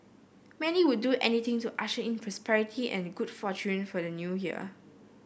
many would do anything to usher in prosperity and good fortune for the New Year